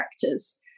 characters